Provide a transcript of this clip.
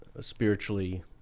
spiritually